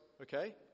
Okay